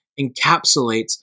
encapsulates